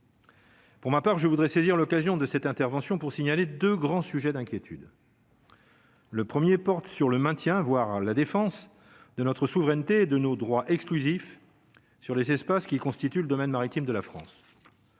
Pour ma part je voudrais saisir l'occasion de cette intervention pour signaler 2 grands sujets d'inquiétude. Le 1er porte sur le maintien, voire la défense de notre souveraineté et de nos droits exclusifs sur les espaces qui constituent le domaine maritime de la France.